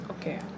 okay